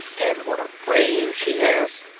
and what a brain she has,